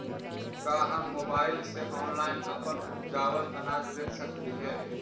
का हम मोबाईल से ऑनलाइन अपन उपजावल अनाज बेच सकली हे?